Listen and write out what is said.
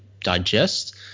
digest